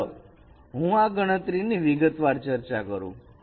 તો ચાલો હું આ ગણતરી ની વિગતવાર ચર્ચા કરું